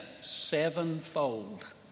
sevenfold